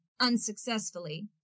unsuccessfully